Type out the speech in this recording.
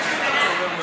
אני מבקשת להוסיף אותי.